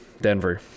Denver